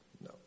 no